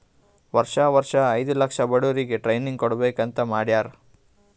ವರ್ಷಾ ವರ್ಷಾ ಐಯ್ದ ಲಕ್ಷ ಬಡುರಿಗ್ ಟ್ರೈನಿಂಗ್ ಕೊಡ್ಬೇಕ್ ಅಂತ್ ಮಾಡ್ಯಾರ್